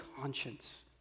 conscience